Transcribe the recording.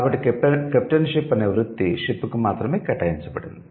కాబట్టి కెప్టెన్షిప్ అనే వృత్తి షిప్ కు మాత్రమే కేటాయించబడింది